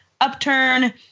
upturn